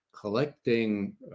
collecting